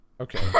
Okay